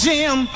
Jim